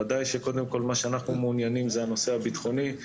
וודאי שקודם כל מה שאנחנו מעוניינים בו זה הנושא הבטחוני.